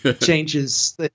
changes